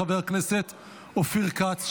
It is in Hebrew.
חבר הכנסת אופיר כץ,